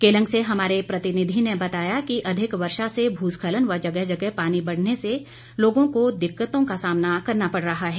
केलंग से हमारे प्रतिनिधि में बताया कि अधिक वर्षा से भू स्खलन व जगह जगह पानी बढ़ने से लोगों को दिक्कतों का सामना करना पड़ रहा है